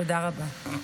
תודה רבה.